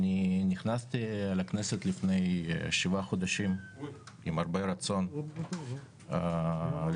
נכנסתי לכנסת לפני שבעה חודשים עם הרבה רצון לשנות